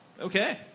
Okay